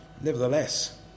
nevertheless